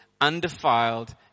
undefiled